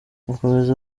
akomeza